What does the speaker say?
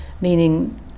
meaning